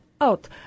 out